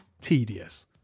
tedious